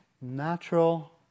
Natural